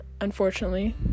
unfortunately